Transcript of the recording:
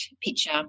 picture